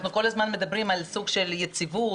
כל הזמן אנחנו מדברים על סוג של יציבות,